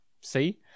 see